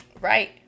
Right